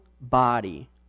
body